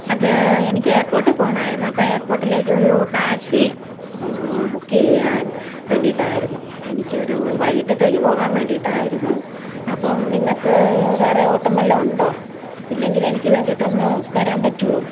അത് എനിക്ക് എയർപോർട്ടിൽ പോവണമായിരുന്നു അപ്പം എയർപോർട്ടിലേക്കൊരു ടാക്സി ബുക്ക് ചെയ്യാൻ വേണ്ടിയിട്ടായിരുന്നു എനിക്കൊരു വൈകിട്ടത്തേക്ക് പോകാൻ വേണ്ടിയിട്ടായിരുന്നു അപ്പം നിങ്ങൾക്ക് വേറെ ഓട്ടം വല്ലതും ഉണ്ടോ ഇല്ലെങ്കിൽ എനിക്ക് വേണ്ടിയിട്ടൊന്ന് വരാൻ പറ്റുമോ